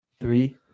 Three